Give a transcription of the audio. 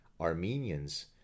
Armenians